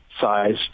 size